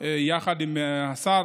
יחד עם השר,